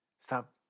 Stop